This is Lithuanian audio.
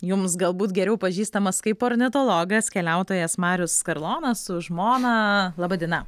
jums galbūt geriau pažįstamas kaip ornitologas keliautojas marius karlonas su žmona laba diena